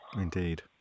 Indeed